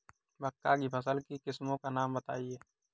मक्का की फसल की किस्मों का नाम बताइये